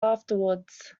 afterwards